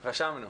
רשמנו.